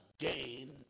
again